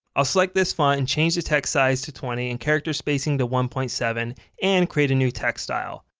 i'll select this font and change the text size to twenty and character spacing to one point seven and create a new text style.